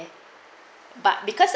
but because